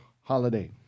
holiday